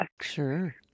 Sure